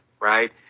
right